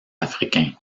africain